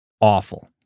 awful